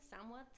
somewhat